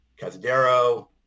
Casadero